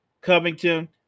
Covington